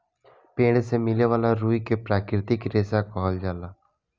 पेड़ से मिले वाला रुई के प्राकृतिक रेशा कहल जाला